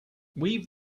weave